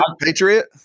Patriot